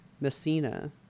Messina